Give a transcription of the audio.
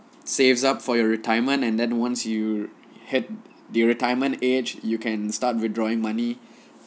saves up for your retirement and then once you hit the retirement age you can start withdrawing money